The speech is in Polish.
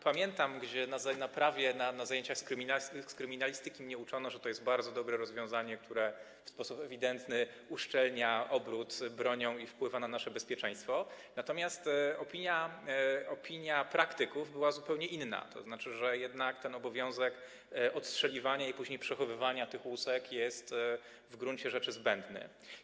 Pamiętam, że na prawie, na zajęciach z kryminalistyki uczono mnie, że to jest bardzo dobre rozwiązanie, które w sposób ewidentny uszczelnia obrót bronią i wpływa na nasze bezpieczeństwo, natomiast opinia praktyków była zupełnie inna, tzn., że jednak ten obowiązek odstrzeliwania i później przechowywania tych łusek jest w gruncie rzeczy zbędny.